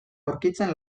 aurkitzen